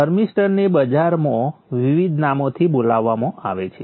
થર્મિસ્ટરને બજારમાં વિવિધ નામોથી બોલાવવામાં આવે છે